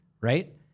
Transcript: right